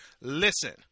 Listen